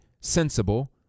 sensible